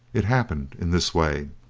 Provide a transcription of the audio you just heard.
it happened in this way.